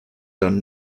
done